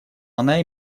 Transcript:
она